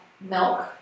milk